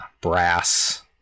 brass